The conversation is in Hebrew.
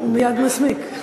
הוא מייד מסמיק.